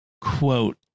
quote